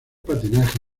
patinaje